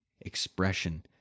expression